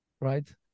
right